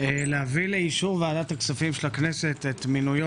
להביא לאישור ועדת הכספים של הכנסת את מינויו